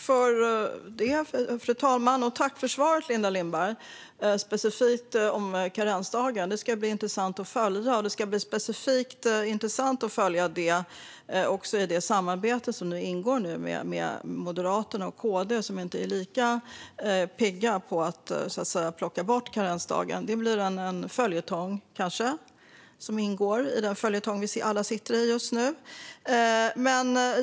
Fru talman! Jag tackar Linda Lindberg för svaret, specifikt om karensdagen. Det ska bli intressant att följa detta i ert samarbete med Moderaterna och Kristdemokraterna, för de är ju inte lika pigga på att plocka bort karensdagen. Det blir en följetong i den större följetong vi alla befinner oss i.